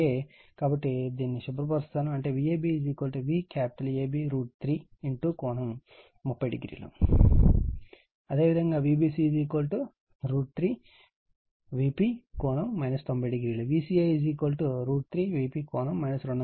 కాబట్టి నేను దానిని శుభ్రపరుస్తారు అంటే Vab VAB √ 3 ∠300 అదే విధంగా Vbc √ 3 Vp ∠ 900 Vca కూడా Vca √ 3 Vp ∠ 2100 అవుతుంది